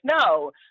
No